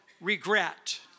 regret